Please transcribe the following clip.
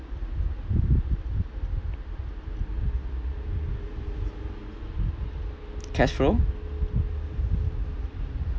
cash flow